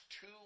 two